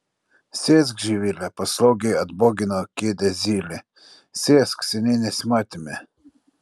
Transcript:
sėsk živile paslaugiai atbogino kėdę zylė sėsk seniai nesimatėme